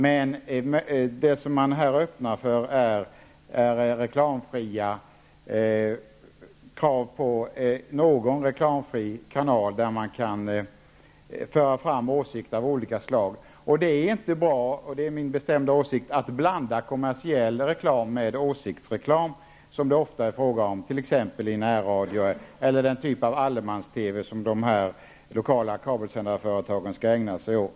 Men det som man här öppnar för är krav på någon reklamfri kanal, där åsikter av olika slag kan föras fram. Det är min bestämda åsikt att det inte är bra att blanda kommersiell reklam med åsiktsreklam, som det ofta är fråga om, t.ex. i närradio eller den typ av allemans-TV som de lokala kabelsändarföretagen skall ägna sig åt.